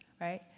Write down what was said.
right